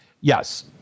Yes